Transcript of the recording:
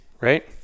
right